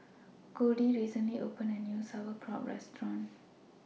Goldie recently opened A New Sauerkraut Restaurant